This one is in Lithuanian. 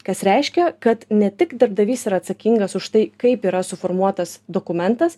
kas reiškia kad ne tik darbdavys yra atsakingas už tai kaip yra suformuotas dokumentas